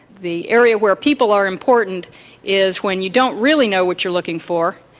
the area where people are important is when you don't really know what you're looking for.